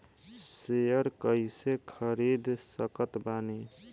Share कइसे खरीद सकत बानी?